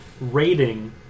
rating